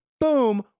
boom